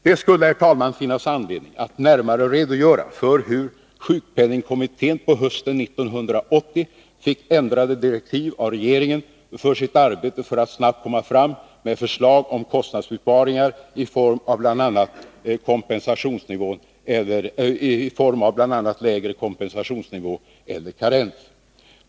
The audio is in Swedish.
Det skulle, herr talman, finnas anledning att närmare redogöra för hur sjukpenningkommittén på hösten 1980 fick ändrade direktiv av regeringen för sitt arbete för att snabbt komma fram med förslag om kostnadsbesparingar i form av bl.a. lägre kompensationsnivå eller karens.